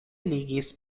ligis